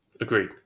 Agreed